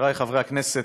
חברי חברי הכנסת,